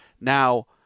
Now